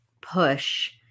push